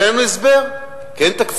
אבל אין לנו הסבר, כי אין תקציב.